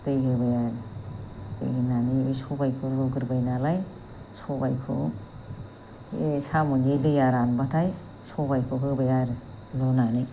दै होबाय आरो होनानै सबायखौ रुग्रोबाय नालाय सबायखौ साम'नि दैआ रानबाथाय सबायखौ होबाय आरो रुनानै